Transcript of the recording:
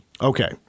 Okay